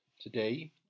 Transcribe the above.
Today